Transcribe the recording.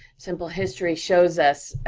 simple history shows us,